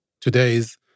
Today's